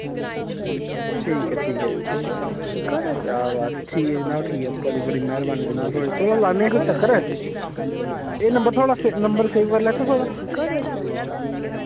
ठीक ऐ ठीक ऐ क्या बात ठीक ऐ जनाब ठीक ऐ बड़ी बड़ी मैहरबानी जनाब थुआढ़ी चलो लान्ने फ्ही चक्कर एह् नंबर थुआढ़ा से नंबर सेव कर लैचै थुआढ़ा